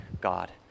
God